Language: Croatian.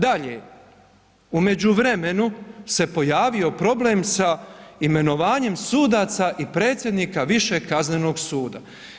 Dalje, u međuvremenu se pojavio problem sa imenovanjem sudaca i predsjednika Višeg kaznenog suda.